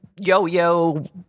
yo-yo